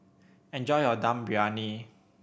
enjoy your Dum Briyani